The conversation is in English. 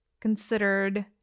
considered